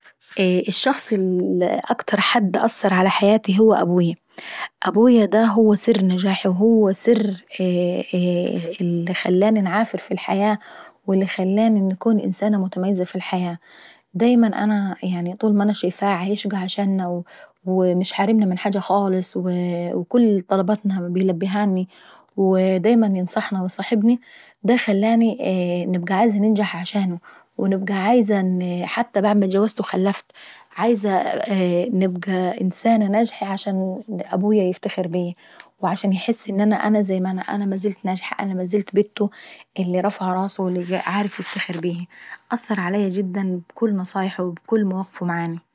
ايه الشخص اللي اكتر حد أثر علي حياتي هو أبويي، أبويي هو سر السر اللي خلاني انعافر في الحياة واللي خلاني نكون نسانة متميزة في الحياة. دايما طول مانا شايفاه عيشقى عشانا ومش حارمان من حاجة خالص وكل طلباتنا بيلبيهالني، ودايما ينصحنا ويصاحبني دا اللي خلاني عايزة ننجح عشانه، ونبقى عايزة حتى بعد ما اتجوزت وخلفت عايزة نبقى انسانة ناجحة عشان ابويا يفتخر بيي،. وعشان يحس ان انا زي مانا ما زلت ناجحة وانا ما زلت بته اللي رافعة راسه واللي عارف يفتخر بيهي. أثر عليا جدا بكل نصايحه وبكل مواقفه معاني.